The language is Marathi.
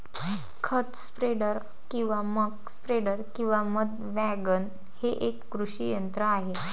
खत स्प्रेडर किंवा मक स्प्रेडर किंवा मध वॅगन हे एक कृषी यंत्र आहे